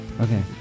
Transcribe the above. Okay